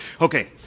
Okay